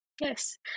yes